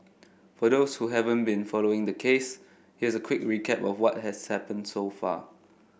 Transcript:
for those who haven't been following the case here's a quick recap of what has happened so far